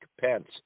Pence